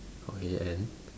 okay and